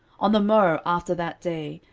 on the morrow after that day,